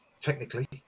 technically